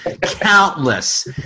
Countless